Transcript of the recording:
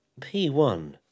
P1